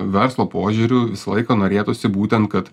verslo požiūriu visą laiką norėtųsi būtent kad